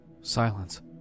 Silence